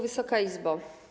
Wysoka Izbo!